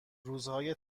روزهای